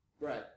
right